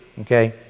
okay